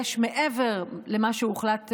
מעבר למה שהוחלט,